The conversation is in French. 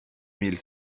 mille